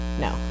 No